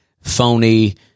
phony